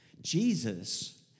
Jesus